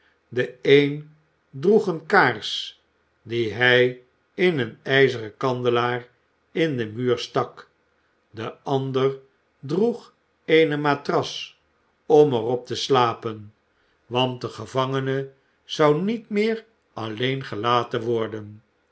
de een droeg eene kaars die hij in een ijzeren kandelaar in den muur stak de ander droeg eene matras om er op te slapen want de gevangene zou niet meer alleen gelaten worden